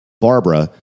Barbara